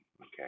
okay